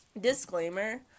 Disclaimer